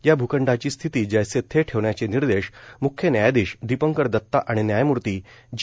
या भूखंडाची स्थिती जैसे थे ठेवण्याचे निर्देश म्ख्य न्यायाधीश दीपंकर दता आणि न्यायमूर्ती जी